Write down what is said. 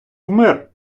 вмер